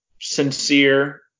sincere